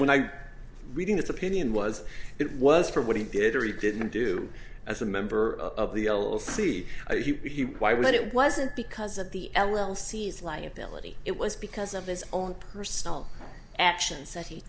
when i reading this opinion was it was for what he did or he didn't do as a member of the l c why when it wasn't because of the l l sees liability it was because of his own personal actions that he